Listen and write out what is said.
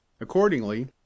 accordingly